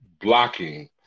blocking